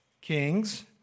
kings